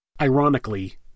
Ironically